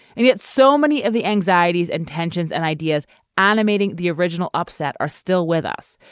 and yet so many of the anxieties and tensions and ideas animating the original upset are still with us.